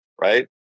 Right